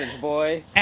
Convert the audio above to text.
boy